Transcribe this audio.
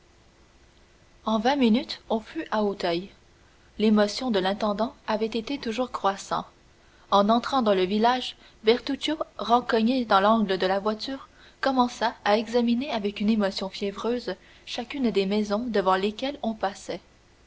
en vingt minutes on fut à auteuil l'émotion de l'intendant avait été toujours croissant en entrant dans le village bertuccio rencogné dans l'angle de la voiture commença à examiner avec une émotion fiévreuse chacune des maisons devant lesquelles on passait